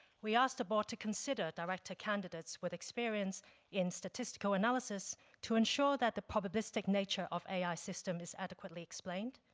we ask the board to consider director candidates with experiences in statistical analysis to ensure that the probabilistic nature of ai system is adequately explained,